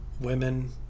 women